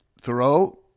Thoreau